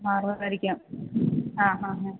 മാറുമായിരിക്കാം ആ ആഹാ ഹാ